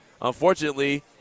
unfortunately –